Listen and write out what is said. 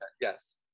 Yes